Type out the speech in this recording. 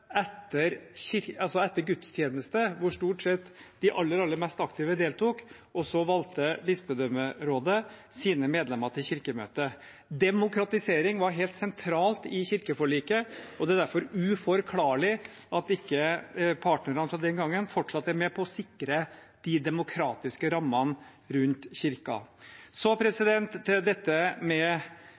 etter gudstjeneste, hvor stort sett de aller, aller mest aktive deltok – og så valgte bispedømmerådet sine medlemmer til Kirkemøtet. Demokratisering var helt sentralt i kirkeforliket, og det er derfor uforklarlig at ikke partnerne fra den gangen fortsatt er med på å sikre de demokratiske rammene rundt Kirken. Så til dette med